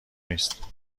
نیست